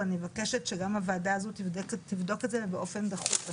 אבל אני מבקשת שגם הוועדה הזאת תבדוק את זה ובאופן דחוף.